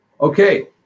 Okay